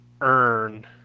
earn